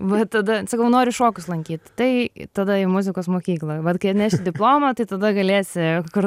va tada sakau noriu šokius lankyt tai tada į muzikos mokyklą vat kai atneši diplomą tai tada galėsi kur